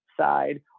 side